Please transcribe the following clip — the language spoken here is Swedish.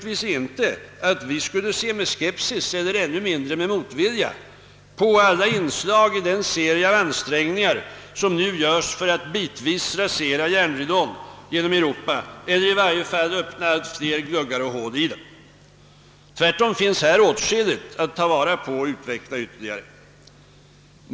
Detta betyder inte att vi skulle: se med skepsis eller ännu mindre: med motvilja på alla inslag i den serie av olika ansträngningar som nu görs för att bitvis rasera järnridån inom Europa eller i varje fall öppna allt fler: gluggar och hål i den. Tvärtom finns där åtskilligt att ta vara på och utveckla ytterligare.